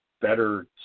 better